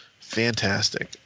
fantastic